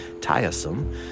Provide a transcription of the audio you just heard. tiresome